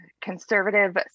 conservative